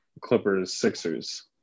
Clippers-Sixers